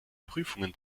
prüfungen